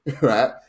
right